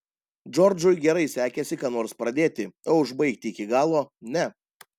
džordžui gerai sekėsi ką nors pradėti o užbaigti iki galo ne